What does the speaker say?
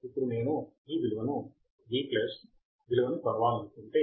ఇప్పుడు నేను ఈ విలువను V విలువని ను కొలవాలనుకుంటే